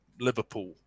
Liverpool